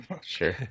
sure